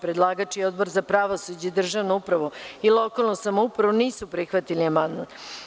Predlagač i Odbor za pravosuđe, državnu upravu i lokalnu samoupravu nisu prihvatili amandman.